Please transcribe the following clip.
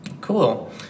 Cool